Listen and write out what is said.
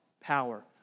power